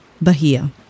Bahia